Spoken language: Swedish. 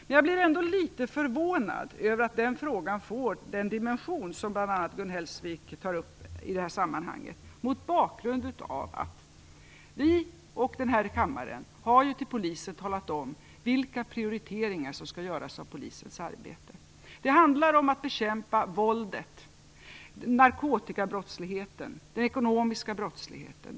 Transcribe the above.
Men jag blir ändå litet förvånad över att den frågan får den dimension som bl.a. Gun Hellsvik ger den, mot bakgrund av att vi och den här kammaren har talat om för Polisen vilka prioriteringar som skall göras av Polisens arbete. Det handlar om att bekämpa våldet, narkotikabrottsligheten och den ekonomiska brottsligheten.